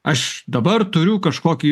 aš dabar turiu kažkokį